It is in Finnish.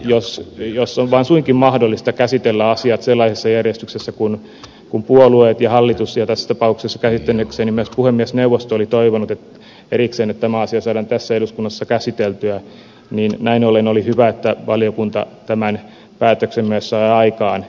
jos on vaan suinkin mahdollista käsitellä asiaa sellaisessa järjestyksessä kuin puolueet ja hallitus ja tässä tapauksessa käsittääkseni myös puhemiesneuvosto erikseen olivat toivoneet että tämä asia saadaan tässä eduskunnassa käsiteltyä niin näin ollen oli hyvä että valiokunta tämän päätöksen myös sai aikaan